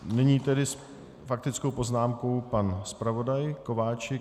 Nyní tedy s faktickou poznámkou pan zpravodaj Kováčik.